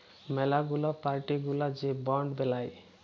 ম্যালা গুলা পার্টি গুলা যে বন্ড বেলায়